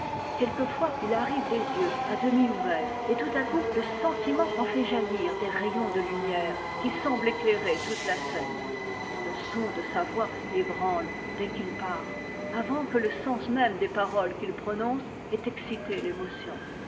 quelquefois il arrive les yeux à demi ouverts et tout à coup le sentiment en fait jaillir des rayons de lumière qui semblent éclairer toute la scène le son de sa voix ébranle dès qu'il parle avant que le sens même des paroles qu'il prononce ait excité l'émotion